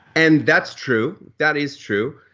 and that's true, that is true.